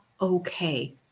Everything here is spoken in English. okay